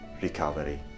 recovery